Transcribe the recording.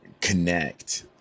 connect